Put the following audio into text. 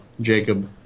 Jacob